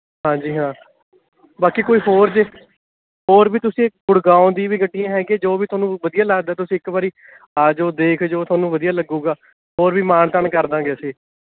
ਹਾਂਜੀ ਹਾਂ ਬਾਕੀ ਕੋਈ ਹੋਰ ਜੇ ਹੋਰ ਵੀ ਤੁਸੀਂ ਗੁੜਗਾਓ ਦੀ ਵੀ ਗੱਡੀਆਂ ਹੈਗੀਆਂ ਜੋ ਵੀ ਤੁਹਾਨੂੰ ਵਧੀਆ ਲੱਗਦਾ ਤੁਸੀਂ ਇੱਕ ਵਾਰੀ ਆ ਜਾਉ ਦੇਖ ਜੋ ਤੁਹਾਨੂੰ ਵਧੀਆ ਲੱਗੇਗਾ ਹੋਰ ਵੀ ਮਾਣ ਤਾਣ ਕਰ ਦੇਵਾਂਗੇ ਅਸੀਂ